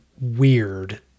weird